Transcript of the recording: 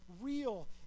real